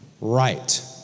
Right